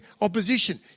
opposition